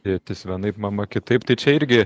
tėtis vienaip mama kitaip tai čia irgi